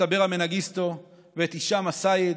את אברה מנגיסטו ואת הישאם א-סייד,